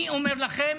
אני אומר לכם,